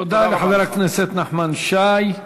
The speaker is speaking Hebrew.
תודה לחבר הכנסת נחמן שי.